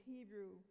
Hebrew